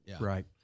Right